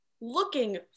looking